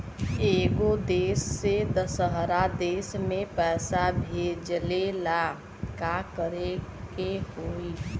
एगो देश से दशहरा देश मे पैसा भेजे ला का करेके होई?